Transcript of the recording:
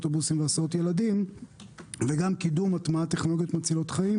אוטובוסים הסעות ילדים וגם קידום הטמעת טכנולוגיות מצילות חיים,